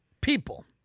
people